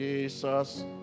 Jesus